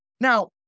Now